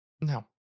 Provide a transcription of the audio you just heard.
No